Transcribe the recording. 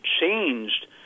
changed